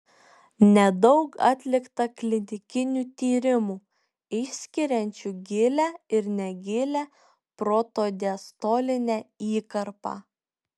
nedaug atlikta klinikinių tyrimų išskiriančių gilią ir negilią protodiastolinę įkarpą